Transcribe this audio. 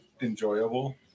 enjoyable